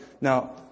Now